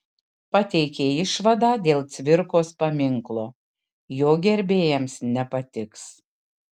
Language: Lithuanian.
pateikė išvadą dėl cvirkos paminklo jo gerbėjams nepatiks